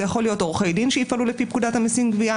זה יכול להיות עורכי דין שיפעלו לפי פקודת המיסים גבייה